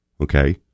Okay